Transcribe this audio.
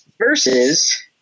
Versus